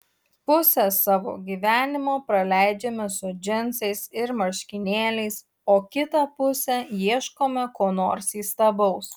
pusę savo gyvenimo praleidžiame su džinsais ir marškinėliais o kitą pusę ieškome ko nors įstabaus